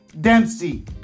Dempsey